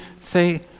say